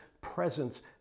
presence